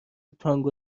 تانگو